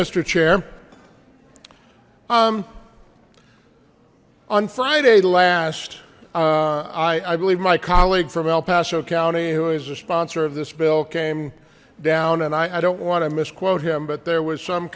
mister chair on friday last i i believe my colleague from el paso county who is a sponsor of this bill came down and i don't want to misquote him but there was some